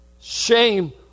shame